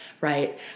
right